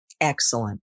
Excellent